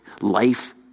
Life